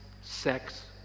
sex